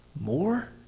More